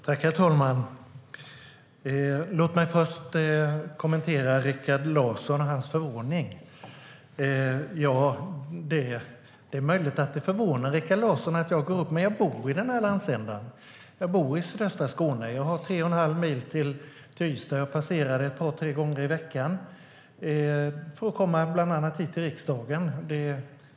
Herr talman! Låt mig först kommentera Rikard Larsson och hans förvåning. Det är möjligt att det förvånar Rikard Larsson att jag tar upp detta, men jag bor i den landsändan. Jag bor i sydöstra Skåne, och jag har tre och en halv mil till Ystad. Jag passerar där ett par tre gånger i veckan, bland annat för att komma hit till riksdagen.